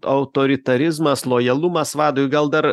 autoritarizmas lojalumas vadui gal dar